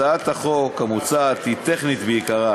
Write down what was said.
הצעת החוק המוצעת היא טכנית בעיקרה,